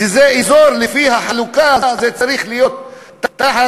שזה אזור, לפי החלוקה זה צריך להיות תחת